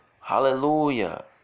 hallelujah